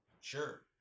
Sure